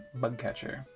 Bugcatcher